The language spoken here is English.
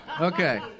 Okay